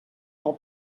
pel